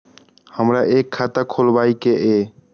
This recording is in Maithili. हमरा एक खाता खोलाबई के ये?